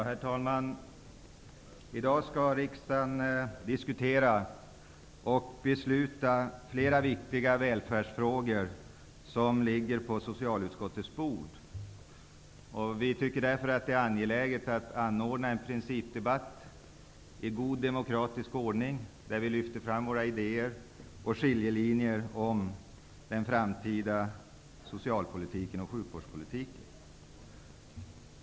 Herr talman! I dag skall riksdagen diskutera och besluta om flera viktiga välfärdsfrågor som ligger på socialutskottets bord. Vi tycker därför att det är angeläget att anordna en principdebatt i god demokratisk ordning, där vi lyfter fram våra idéer och skiljelinjer vad beträffar den framtida socialoch sjukvårdspolitiken.